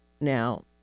Now